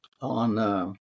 on